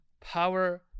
power